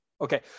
Okay